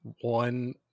One